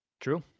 True